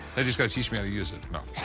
and just gotta teach me how to use it. no.